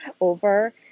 over